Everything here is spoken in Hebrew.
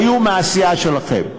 היו מהסיעה שלכם.